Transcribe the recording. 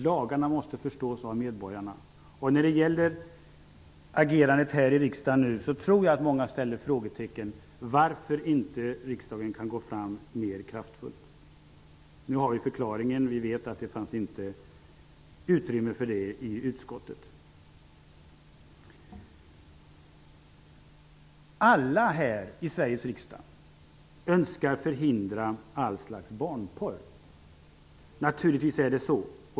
Jag tror att många undrar varför riksdagen inte kan gå fram mer kraftfullt. Nu har vi förklaringen. Vi vet att det inte fanns utrymme för det i utskottet. Alla här i Sveriges riksdag önskar förhindra all slags barnporr. Naturligtvis är det så.